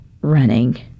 running